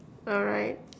alright